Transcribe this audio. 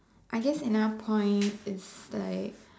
I guess another point is like